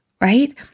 Right